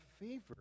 favor